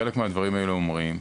חלק מהדברים האלה אומרים,